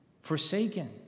Forsaken